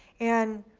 and